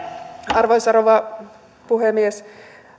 arvoisa rouva puhemies